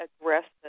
aggressive